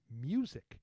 music